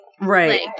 Right